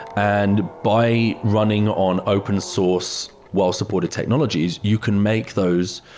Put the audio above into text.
and by running on open source while supported technologies, you can make those